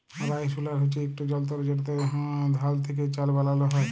rice huller হছে ইকট যলতর যেটতে ধাল থ্যাকে চাল বালাল হ্যয়